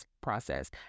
process